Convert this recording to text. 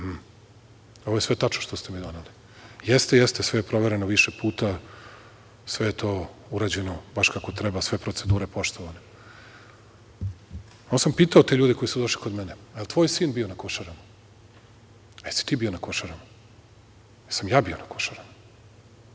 ovo je sve tačno što ste mi doneli. - Jeste, sve je provereno više puta, sve je to urađeno baš kako treba, sve procedure poštovane. Onda sam pitao te ljude koji su došli kod mene - da li je tvoj sin bio na Košarama? Da li si ti bio na Košarama? Da li sam ja bio na Košarama?